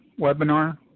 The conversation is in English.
webinar